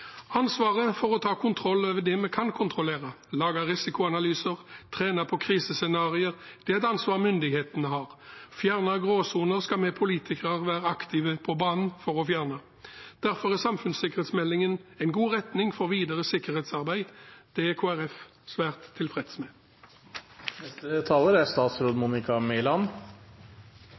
å ta kontroll over det vi kan kontrollere, lage risikoanalyser, trene på krisescenarioer er et ansvar myndighetene har. Gråsoner skal vi politikere være aktive på banen for å fjerne. Derfor er samfunnssikkerhetsmeldingen en god retning for videre sikkerhetsarbeid, og det er Kristelig Folkeparti svært tilfreds med. 2020 har med tydelighet vist hvor viktig arbeidet med samfunnssikkerhet er.